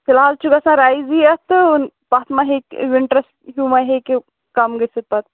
فِلحال چھُ گژھان رایزٕے اَتھ تہٕ پَتہٕ ما ہیٚکہِ وِنٹَرَس ہیٚوٗ ما ہیٚکہِ کَم گژھِتھ پَتہٕ